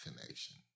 Connection